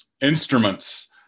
instruments